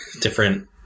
different